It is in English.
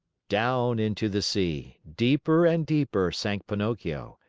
down into the sea, deeper and deeper, sank pinocchio,